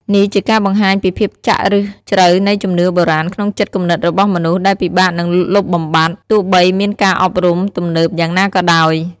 នេះជាការបង្ហាញពីភាពចាក់ឫសជ្រៅនៃជំនឿបុរាណក្នុងចិត្តគំនិតរបស់មនុស្ស ដែលពិបាកនឹងលុបបំបាត់ ទោះបីមានការអប់រំទំនើបយ៉ាងណាក៏ដោយ។